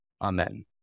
Amen